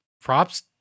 props